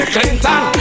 Clinton